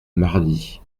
mardi